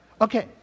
Okay